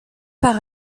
par